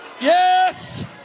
yes